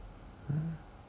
uh